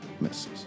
Misses